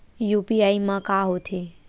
UPI मा का होथे?